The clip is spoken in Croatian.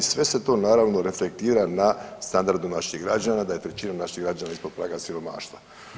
Sve se to naravno reflektira na standardu naših građana, da je trećina naših građana ispod praga siromaštva.